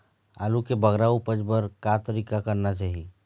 आलू के बगरा उपज बर का तरीका करना चाही?